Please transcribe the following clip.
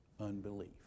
unbelief